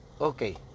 Okay